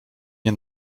nie